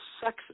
sex